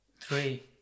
three